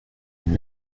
une